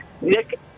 Nick